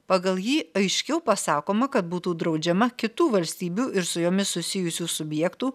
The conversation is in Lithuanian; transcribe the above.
pagal jį aiškiau pasakoma kad būtų draudžiama kitų valstybių ir su jomis susijusių subjektų